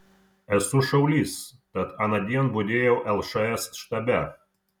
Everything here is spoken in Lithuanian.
esu šaulys tad anądien budėjau lšs štabe